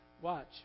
Watch